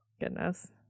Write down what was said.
goodness